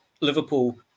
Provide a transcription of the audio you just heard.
Liverpool